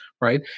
right